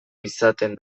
izaten